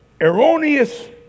erroneous